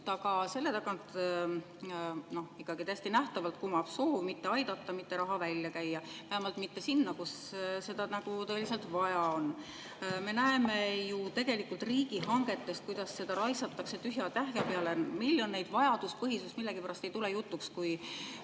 aga selle tagant ikkagi täiesti nähtavalt kumab soov mitte aidata, mitte raha välja käia, vähemalt mitte sinna, kus seda tõeliselt vaja on. Me näeme ju tegelikult riigihangetest, kuidas raisatakse tühja‑tähja peale miljoneid. Vajaduspõhisus millegipärast ei tule jutuks, kui